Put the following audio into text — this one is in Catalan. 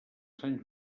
sant